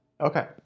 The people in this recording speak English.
okay